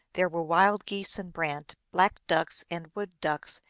there were wild geese and brant, black ducks and wood ducks,